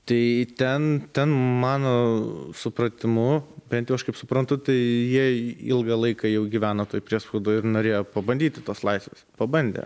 tai ten ten mano supratimu bent jau aš kaip suprantu tai jie ilgą laiką jau gyveno toj priespaudoj ir norėjo pabandyti tos laisvės pabandė